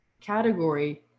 category